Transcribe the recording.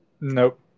Nope